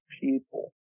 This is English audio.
people